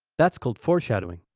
that's called foreshadowing!